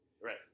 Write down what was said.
Right